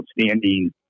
outstanding